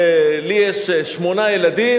לי יש שמונה ילדים,